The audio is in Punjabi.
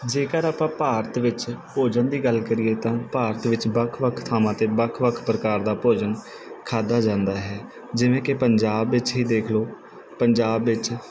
ਜੇਕਰ ਆਪਾਂ ਭਾਰਤ ਵਿੱਚ ਭੋਜਨ ਦੀ ਗੱਲ ਕਰੀਏ ਤਾਂ ਭਾਰਤ ਵਿੱਚ ਵੱਖ ਵੱਖ ਥਾਵਾਂ 'ਤੇ ਵੱਖ ਵੱਖ ਪ੍ਰਕਾਰ ਦਾ ਭੋਜਨ ਖਾਧਾ ਜਾਂਦਾ ਹੈ ਜਿਵੇਂ ਕਿ ਪੰਜਾਬ ਵਿੱਚ ਹੀ ਦੇਖ ਲਓ ਪੰਜਾਬ ਵਿੱਚ